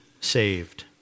saved